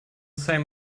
same